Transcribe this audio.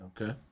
Okay